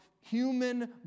human